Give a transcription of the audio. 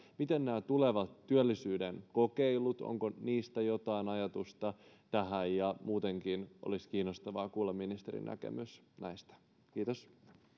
miten nämä tulevat työllisyyden kokeilut onko niistä jotain ajatusta tähän muutenkin olisi kiinnostavaa kuulla ministerin näkemys näistä kiitos